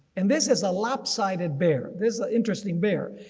and this is a lopsided bear, this interesting bear.